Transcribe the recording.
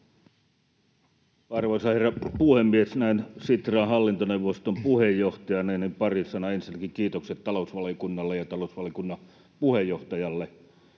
Arvoisa herra puhemies! Näin Sitran hallintoneuvoston puheenjohtajana pari sanaa. Ensinnäkin kiitokset talousvaliokunnalle ja talousvaliokunnan puheenjohtajalle